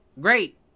great